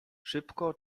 szybko